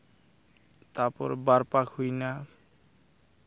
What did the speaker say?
ᱛᱟᱨᱯᱚᱨ ᱵᱟᱨ ᱯᱟᱸᱠ ᱦᱩᱭᱮᱱᱟ